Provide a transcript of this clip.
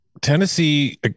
Tennessee